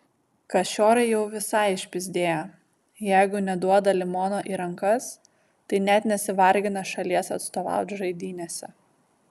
kašiorai jau visai išpyzdėję jeigu neduoda limono į rankas tai net nesivargina šalies atstovaut žaidynėse